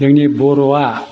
जोंनि बर'आ